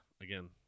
again